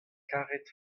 karet